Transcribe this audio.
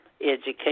education